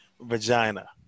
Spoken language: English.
vagina